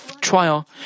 trial